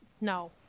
no